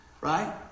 Right